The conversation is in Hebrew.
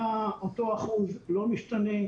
אותו אחוז לא משתנה,